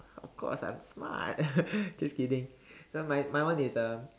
of course I'm smart just kidding just kidding so my my one is a